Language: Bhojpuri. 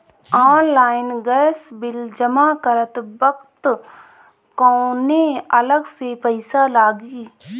ऑनलाइन गैस बिल जमा करत वक्त कौने अलग से पईसा लागी?